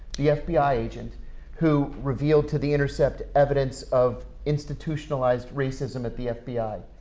the fbi agent who revealed to the intercept evidence of institutionalized racism at the fbi.